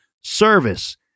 service